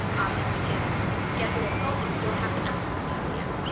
and you can schedule a post, and you don't have to actively be on the app.